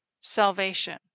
salvation